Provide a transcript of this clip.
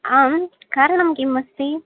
आम् कारणं किम् अस्ति